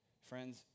Friends